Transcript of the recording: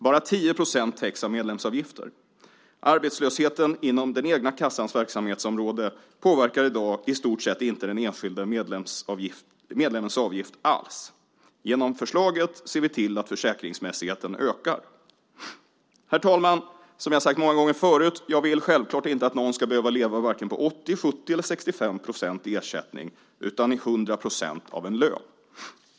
Bara 10 % täcks av medlemsavgifter. Arbetslösheten inom den egna kassans verksamhetsområde påverkar i dag i stort sett inte den enskilde medlemmens avgift alls. Genom förslaget ser vi till att försäkringsmässigheten ökar. Herr talman! Som jag har sagt många gånger förut: Jag vill självklart inte att någon ska behöva leva på vare sig 80 %, 70 % eller 65 % ersättning utan på 100 % av en lön.